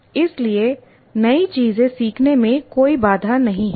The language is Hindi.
इसलिए नई चीजें सीखने में कोई बाधा नहीं है